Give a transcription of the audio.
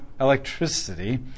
electricity